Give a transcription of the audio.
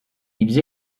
ils